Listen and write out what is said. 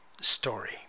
story